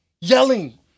yelling